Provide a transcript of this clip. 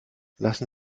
lassen